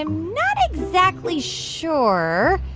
and not exactly sure.